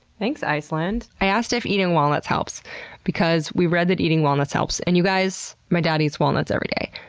thanks, iceland! i asked if eating walnuts helps because we read that eating walnuts helps. and, you guys, my dad eats walnuts every day.